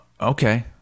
Okay